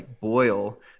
boil